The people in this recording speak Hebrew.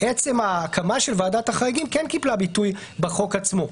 עצם ההקמה של ועדת החריגים כן קיבלה ביטוי בחוק עצמו.